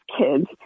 kids